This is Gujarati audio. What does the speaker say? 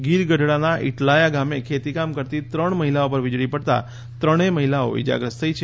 ગીર ગઢડાના ઇટલાયા ગામે ખેતકામ કરતા ત્રણ મહિલાઓ પર વીજળી પડતા ત્રણેય મહિલા ઇજાગ્રસ્ત થઇ છે